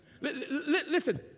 Listen